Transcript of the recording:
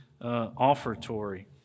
Offertory